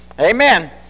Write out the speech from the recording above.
amen